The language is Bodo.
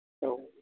औ